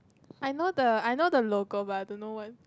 I know the I know the logo but I don't know what